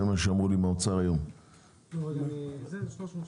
כך אמר לי היום על ידי האוצר.